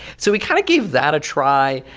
so we kind of gave that a try.